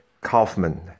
Kaufman